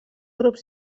grups